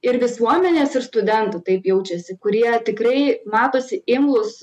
ir visuomenės ir studentų taip jaučiasi kurie tikrai matosi imlūs